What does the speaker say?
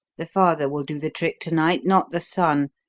the father will do the trick to-night, not the son.